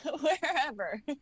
wherever